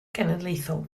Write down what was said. genedlaethol